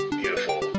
beautiful